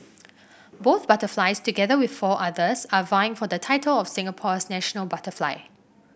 both butterflies together with four others are vying for the title of Singapore's national butterfly